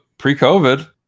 Pre-COVID